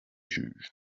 juges